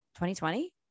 2020